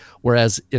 Whereas